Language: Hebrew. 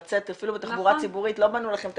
לצאת אפילו בתחבורה ציבורית לא בנו לכם את